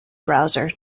browser